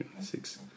Six